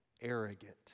arrogant